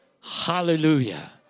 Hallelujah